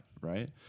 right